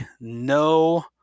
no